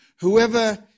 whoever